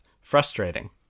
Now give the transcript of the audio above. frustrating